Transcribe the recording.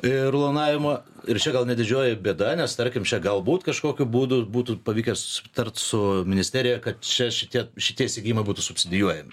ir planavimo ir čia gal ne didžioji bėda nes tarkim čia galbūt kažkokiu būdu būtų pavykę sutart su ministerija kad čia šitie šitie įsigijimai būtų subsidijuojami